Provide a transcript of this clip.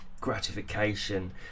gratification